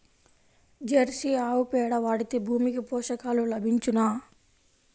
Jersey ఆవు పేడ వాడితే భూమికి పోషకాలు లభించునా?